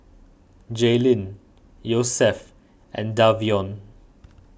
Jaelyn Yosef and Davion